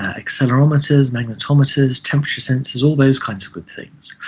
accelerometers, magnetometers, temperature sensors, all those kinds of good things.